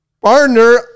Partner